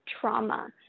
trauma